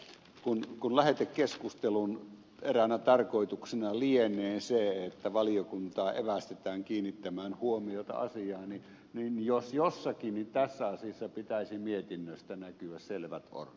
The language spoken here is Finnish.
elikkä kun lähetekeskustelun eräänä tarkoituksena lienee se että valiokuntaa evästetään kiinnittämään huomiota asiaan niin jos jossakin niin tässä asiassa pitäisi mietinnöstä näkyä selvät orderit